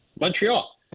Montreal